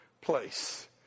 place